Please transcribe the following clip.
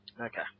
Okay